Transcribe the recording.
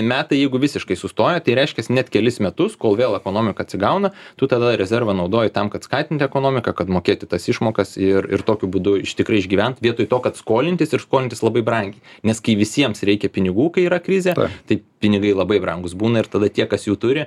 metai jeigu visiškai sustoja tai reiškias net kelis metus kol vėl ekonomika atsigauna tu tada rezervą naudoji tam kad skatint ekonomiką kad mokėti tas išmokas ir ir tokiu būdu iš tikrai išgyvent vietoj to kad skolintis ir skolintis labai brangiai nes kai visiems reikia pinigų kai yra krizė tai pinigai labai brangūs būna ir tada tie kas jų turi